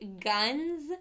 guns